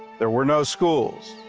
there were no schools,